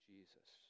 Jesus